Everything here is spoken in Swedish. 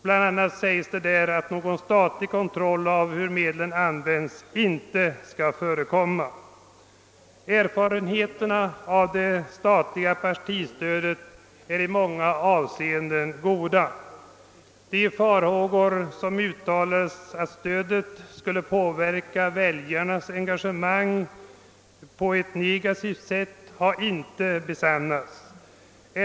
Bl a. sägs där att någon statlig kontroll av hur medlen används inte skall förekomma. Erfarenheterna av det statliga partistödet är i många avseenden goda. De farhågor som uttalades för att stödet skulle påverka väljarnas engagemang på ett negativt sätt har inte besannats.